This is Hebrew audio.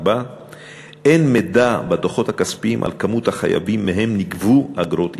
2. אין מידע בדוחות הכספיים על מספר החייבים שנגבו מהם אגרות עיקול.